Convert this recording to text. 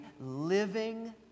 living